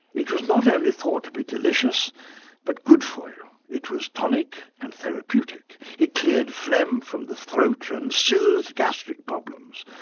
it was not only thought to be delicious but good for you. it was tonic and therapeutic, it cleared phlegm from the throat and soothed gastric problems.